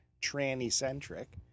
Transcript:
tranny-centric